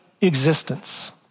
existence